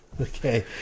Okay